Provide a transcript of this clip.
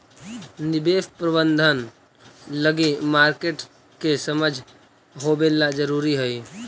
निवेश प्रबंधन लगी मार्केट के समझ होवेला जरूरी हइ